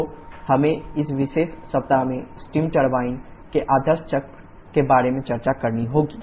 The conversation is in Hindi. तो हमें इस विशेष सप्ताह में स्टीम टरबाइन के आदर्श चक्र के बारे में चर्चा करनी होगी